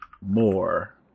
more